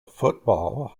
football